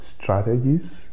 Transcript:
strategies